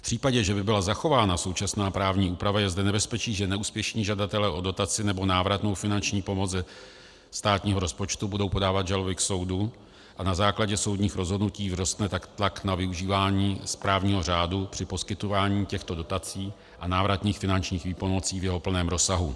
V případě, že by byla zachována současná právní úprava, je zde nebezpečí, že neúspěšní žadatelé o dotaci nebo návratnou finanční pomoc ze státního rozpočtu budou podávat žaloby k soudu, a na základě soudních rozhodnutí tak vzroste tlak na využívání správního řádu při poskytování těchto dotací a návratných finančních výpomocí v jeho plném rozsahu.